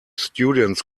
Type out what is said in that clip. students